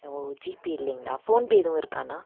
ஓ GPay இல்லைங்களா ஃபோன்பே எதுவும் இருக்காண்ணா